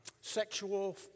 sexual